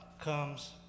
comes